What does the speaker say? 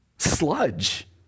sludge